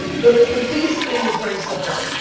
the the biggest thing is very simple.